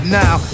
now